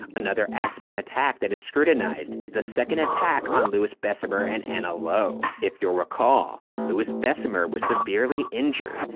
another axeman attack that is scrutinized is the second attack on louis besumer and anna lowe. if you'll recall, louis besumer was severely injured,